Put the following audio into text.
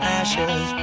ashes